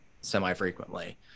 semi-frequently